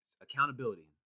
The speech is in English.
Accountability